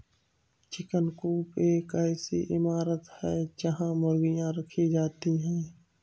chicken coop एक ऐसी इमारत है जहां मुर्गियां रखी जाती हैं